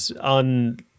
on